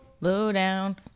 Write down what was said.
lowdown